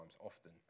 often